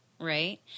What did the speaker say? right